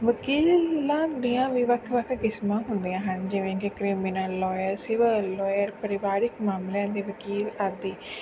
ਵਕੀਲਾਂ ਦੀਆਂ ਵੀ ਵੱਖ ਵੱਖ ਕਿਸਮਾਂ ਹੁੰਦੀਆਂ ਹਨ ਜਿਵੇਂ ਕਿ ਕ੍ਰਿਮੀਨਲ ਲੋਇਰ ਸਿਵਲ ਲੋਇਰ ਪਰਿਵਾਰਿਕ ਮਾਮਲਿਆਂ ਦੇ ਵਕੀਲ ਆਦਿ